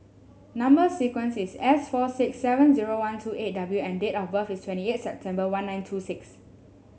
number sequence is S four six seven zero one two eight W and date of birth is twenty eight September one nine two six